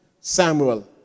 Samuel